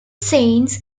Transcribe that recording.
saints